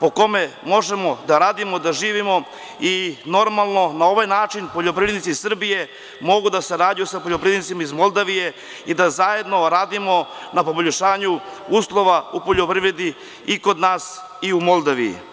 po kome možemo da radimo, da živimo i normalno na ovaj način poljoprivrednici Srbije mogu da sarađuju sa poljoprivrednicima iz Moldavije i da zajedno radimo na poboljšanju uslova u poljoprivredi i kod nas i u Moldaviji.